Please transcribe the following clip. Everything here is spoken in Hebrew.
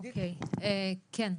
כן,